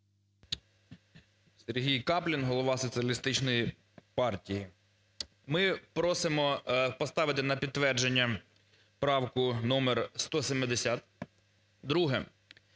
Сергій Каплін, голова Соціалістичної партії. Ми просимо поставити на підтвердження правку номер 170.